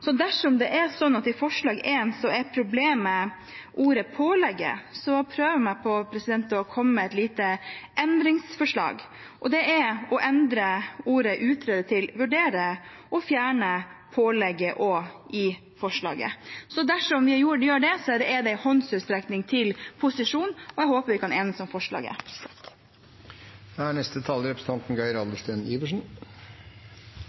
dersom det er slik at i forslag nr. 1 er problemet ordet «pålegges», så prøver jeg meg på å komme med et lite endringsforslag, og det er å bytte ut ordet «utrede» med «vurdere» og fjerne ordet «pålegges» i forslaget. Dersom vi gjør det, er det en håndsrekning til posisjonen, og jeg håper vi kan enes om forslaget.